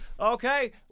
Okay